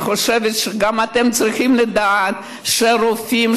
אני חושבת שגם אתם צריכים לדעת שהרופאים